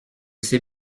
sais